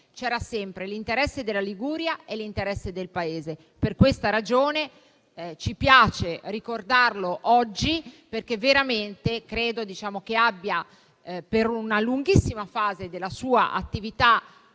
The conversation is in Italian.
c'era sempre l'interesse della Liguria e l'interesse del Paese. Per questa ragione ci piace ricordarlo oggi, perché veramente credo egli abbia, per una lunghissima fase della sua attività